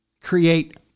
create